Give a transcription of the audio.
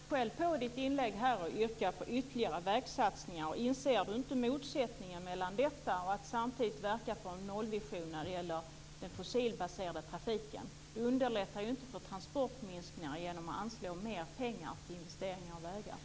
Fru talman! Sven Bergström yrkade i sitt inlägg på ytterligare vägsatsningar. Inser han inte motsättningarna när han samtidigt verkar för en nollvision när det gäller den fossilbaserade trafiken? Det underlättar inte några transportminskningar genom att anslå mer pengar till investering i vägar.